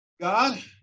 God